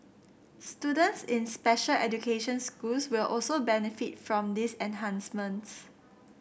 students in special education schools will also benefit from these enhancements